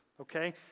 Okay